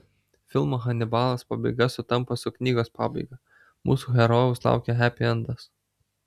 filmo hanibalas pabaiga sutampa su knygos pabaiga mūsų herojaus laukia hepiendas